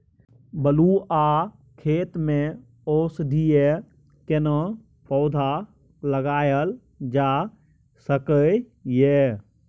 बलुआ खेत में औषधीय केना पौधा लगायल जा सकै ये?